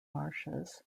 marshes